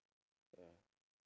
ya